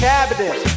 Cabinet